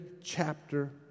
chapter